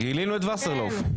גילינו את וסרלאוף.